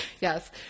Yes